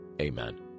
Amen